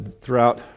throughout